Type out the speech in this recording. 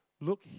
look